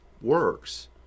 works